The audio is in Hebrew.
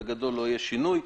בגדול לא יהיה שינוי.